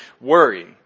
worry